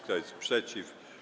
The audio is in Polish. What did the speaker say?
Kto jest przeciw?